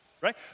Right